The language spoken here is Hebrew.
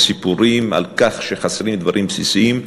והסיפורים על כך שחסרים דברים בסיסיים,